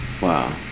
Wow